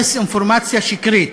דיסאינפורמציה שקרית.